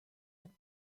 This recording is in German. mit